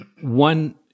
One